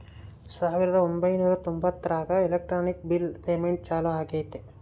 ಸಾವಿರದ ಒಂಬೈನೂರ ತೊಂಬತ್ತರಾಗ ಎಲೆಕ್ಟ್ರಾನಿಕ್ ಬಿಲ್ ಪೇಮೆಂಟ್ ಚಾಲೂ ಆಗೈತೆ